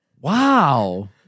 wow